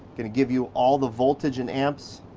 gonna give you all the voltage and amps